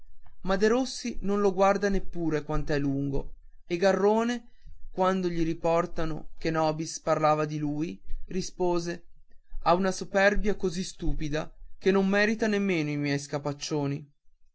bene ma derossi non lo guarda neppure quant'è lungo e garrone quando gli riportarono che nobis sparlava di lui rispose ha una superbia così stupida che non merita nemmeno i miei scapaccioni